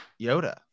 Yoda